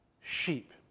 sheep